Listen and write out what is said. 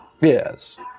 Yes